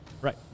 Right